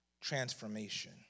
transformation